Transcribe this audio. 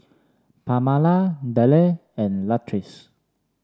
Pamala Dale and Latrice